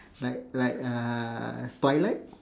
like like uh twilight